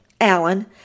Alan